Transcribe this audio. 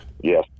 Yes